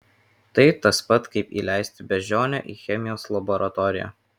tai tas pat kaip įleisti beždžionę į chemijos laboratoriją